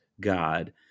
God